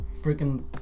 freaking